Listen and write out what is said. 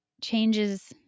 changes